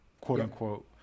quote-unquote